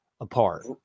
apart